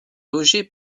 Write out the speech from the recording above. logés